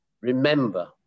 remember